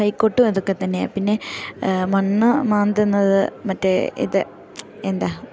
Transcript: കൈക്കോട്ടും അതൊക്കെ തന്നെയാണ് പിന്നെ മണ്ണ് മാന്തുന്നത് മറ്റേ ഇത് എന്താ